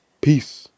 Peace